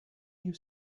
you